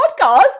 podcast